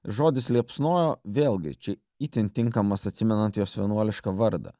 žodis liepsnojo vėlgi čia itin tinkamas atsimenant jos vienuolišką vardą